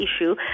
issue